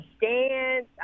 dance